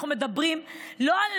אנחנו מדברים לא על